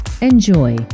Enjoy